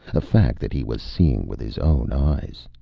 a fact that he was seeing with his own eyes.